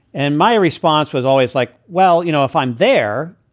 and my response was always like, well, you know, if i'm there,